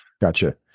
Gotcha